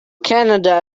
canada